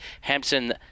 Hampson